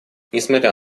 несмотря